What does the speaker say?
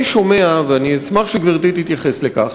אני שומע, ואני אשמח אם גברתי תתייחס לכך,